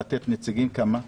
לתת שמות של כמה נציגים?